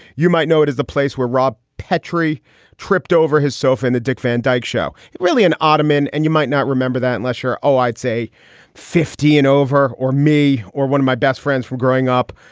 you might know it is the place where rob petrie tripped over his sofa in the dick van dyke show. really an ottoman. and you might not remember that, lesher. oh, i'd say fifty and over. or me or one of my best friends from growing up,